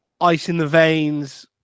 ice-in-the-veins